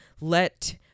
let